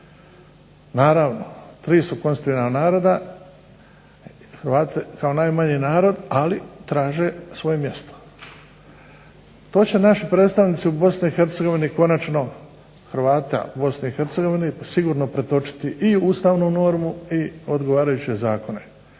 naravno tri su konstitutivna naroda, Hrvati kao najmanji narod, ali traže svoje mjesto. To će naši predstavnici u Bosni i Hercegovini konačno, Hrvata u Bosni i Hercegovini sigurno pretočiti i u ustavnu normu, i odgovarajuće zakone.